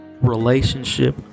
relationship